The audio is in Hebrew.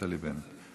נפתלי בנט,